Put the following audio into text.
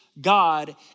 God